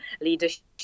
leadership